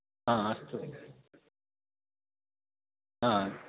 हा अस्तु हा